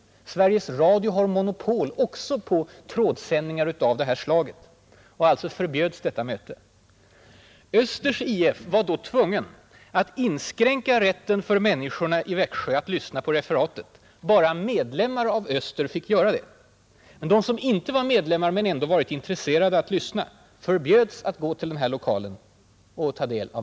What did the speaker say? Sveriges Radio har monopol också på trådsändningar av det här slaget. Alltså förbjöds det här mötet. Östers IF var då tvungen att inskränka rätten för människorna i Växjö att lyssna på referatet; bara medlemmar av Östers IF fick göra det. De som inte var medlemmar men ändå intresserade av att lyssna på referatet förbjöds att gå till den här lokalen.